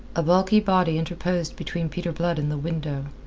a bulky body interposed between peter blood and the window.